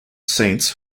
saints